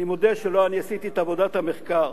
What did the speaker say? אני מודה שלא אני עשיתי את עבודת המחקר,